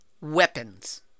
weapons